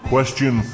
Question